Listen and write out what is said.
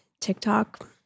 TikTok